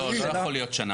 לא, זה לא יכול להיות שנה.